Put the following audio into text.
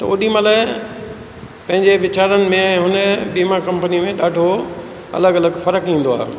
त ओॾी महिल पंहिंजे वीचारनि में हुन बीमा कंपनीअ में ॾाढो अलॻि अलॻि फ़र्क़ु ईंदो आ्हे